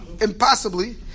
impossibly